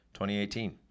2018